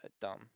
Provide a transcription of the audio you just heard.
Dumb